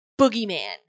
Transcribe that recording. boogeyman